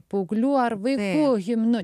paauglių ar vaikų himnu